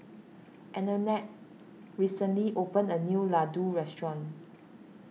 Annette recently opened a new Ladoo restaurant